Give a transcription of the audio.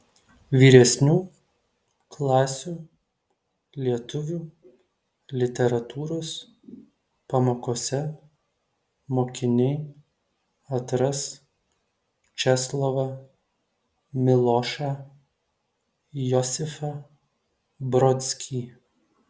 vyresnių klasių lietuvių literatūros pamokose mokiniai atras česlovą milošą josifą brodskį